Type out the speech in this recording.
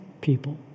people